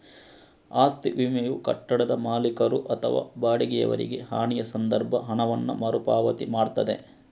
ಆಸ್ತಿ ವಿಮೆಯು ಕಟ್ಟಡದ ಮಾಲೀಕರು ಅಥವಾ ಬಾಡಿಗೆಯವರಿಗೆ ಹಾನಿಯ ಸಂದರ್ಭ ಹಣವನ್ನ ಮರು ಪಾವತಿ ಮಾಡ್ತದೆ